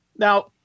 Now